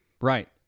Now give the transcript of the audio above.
Right